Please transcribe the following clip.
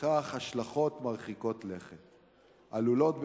לכך השלכות מרחיקות לכת העלולות,